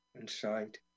inside